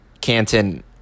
Canton